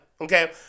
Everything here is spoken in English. Okay